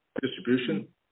distribution